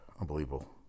Unbelievable